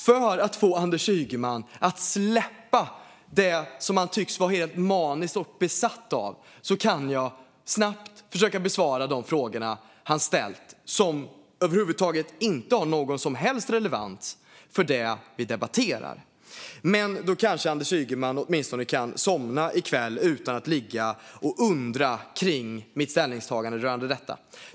För att få Anders Ygeman att släppa det som han tycks vara helt maniskt besatt av kan jag snabbt försöka besvara de frågor han ställt men som över huvud taget inte har någon som helst relevans för det vi debatterar. Men då kanske Anders Ygeman åtminstone kan somna i kväll utan att ligga och undra kring mitt ställningstagande rörande detta.